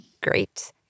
great